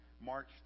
March